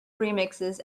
remixes